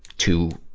to,